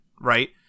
right